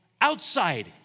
outside